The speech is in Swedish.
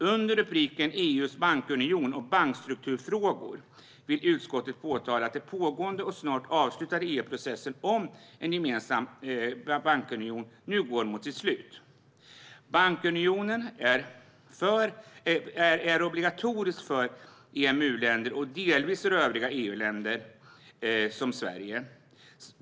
Under rubriken EU:s bankunion och bankstrukturfrågor vill utskottet påpeka att den pågående EU-processen om en gemensam bankunion nu går mot sitt slut. Bankunionen är obligatorisk för EMU-länder och delvis för övriga EU-länder, som Sverige.